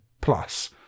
plus